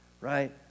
right